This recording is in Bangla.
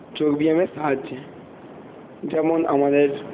যোগব্যায়ামের সাহায্যে যেমন আমাদের